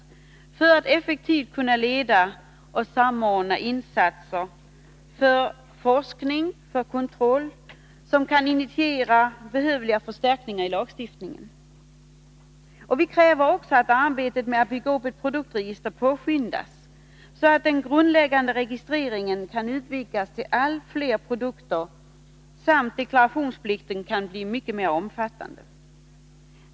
Den skall effektivt kunna leda och samordna insatser för forskning och kontroll och kunna initiera behövliga förstärkningar av lagstiftningen. Vi kräver också att arbetet med att bygga upp ett produktregister påskyndas så att den grundläggande registreringen kan utvidgas till allt fler produkter och deklarationsplikten bli mycket mer omfattande.